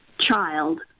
child